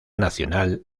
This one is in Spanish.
nacional